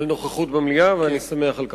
נוכחות במליאה, ואני שמח על כך.